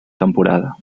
temporada